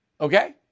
Okay